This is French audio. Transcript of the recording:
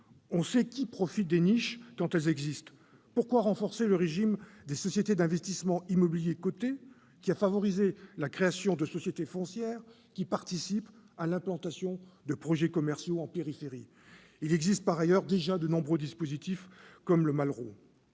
On sait qui profite des niches quand elles existent : pourquoi renforcer le régime des sociétés d'investissements immobiliers cotées, alors qu'il a favorisé la création de sociétés foncières qui participent à l'implantation de projets commerciaux en périphérie ? Il existe par ailleurs déjà de nombreux dispositifs, comme le